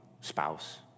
spouse